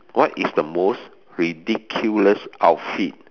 what is the most ridiculous outfit